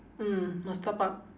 mm must top up